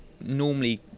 normally